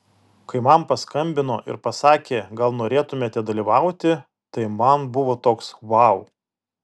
kai man paskambino ir pasakė gal norėtumėte dalyvauti tai man buvo toks vau